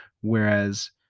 Whereas